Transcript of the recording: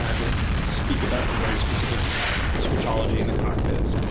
yeah did speak about some very specific switchology in the cockpits. and